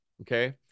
Okay